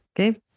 Okay